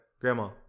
grandma